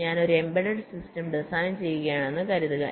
ഞാൻ ഒരു embedded system design ചെയ്യുകയാണെന്ന് കരുതുക